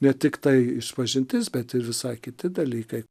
ne tiktai išpažintis bet ir visai kiti dalykai